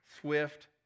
swift